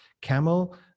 camel